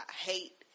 hate